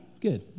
Good